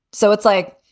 so it's like,